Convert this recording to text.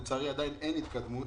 לצערי עדיין אין התקדמות.